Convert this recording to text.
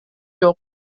жок